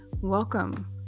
welcome